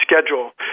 schedule